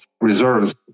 reserves